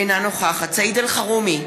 אינה נוכחת סעיד אלחרומי,